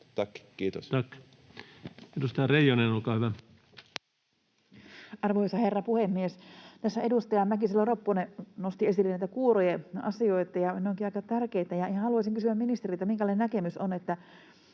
Tack. — Edustaja Reijonen, olkaa hyvä. Arvoisa herra puhemies! Tässä edustaja Mäkisalo-Ropponen nosti esille näitä kuurojen asioita. Ne ovatkin aika tärkeitä, ja haluaisin kysyä ministeriltä: Minkälainen näkemys on,